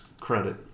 credit